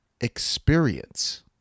experience